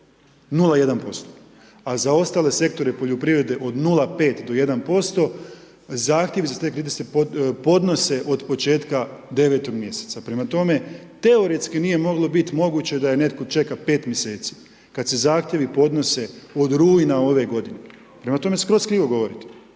0,1%, a za ostale sektore poljoprivrede od 0,5 do 1%. Zahtjevi za te kredite se podnose od početka devetog mjeseca. Prema tome, teoretski nije moglo bit moguće da je netko čeka 5 mjeseci. Kad se zahtjevi podnose od rujna ove godine. Prema tome skroz krivo govorite.